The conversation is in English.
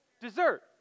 dessert